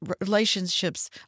relationships